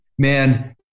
Man